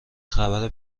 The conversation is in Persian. خبر